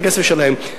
את הכסף שלהם.